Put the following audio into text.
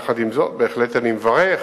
עם זאת, בהחלט אני מברך